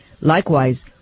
Likewise